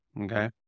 okay